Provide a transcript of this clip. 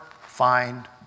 find